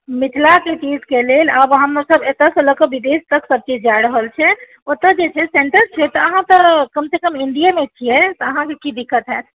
मिथिलाके चीजके लेल आब हमसभ एतयसँ लऽ कऽ विदेश तक सभचीज जा रहल छै ओतय जे छै से सेंटर छै तऽ अहाँ तऽ कमसँ कम इण्डियेमे छियै तऽ अहाँके की दिक्कत हैत